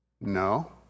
No